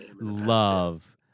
love